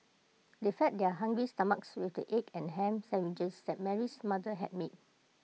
they fed their hungry stomachs with the egg and Ham Sandwiches that Mary's mother had made